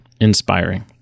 inspiring